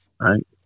right